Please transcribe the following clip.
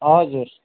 हजुर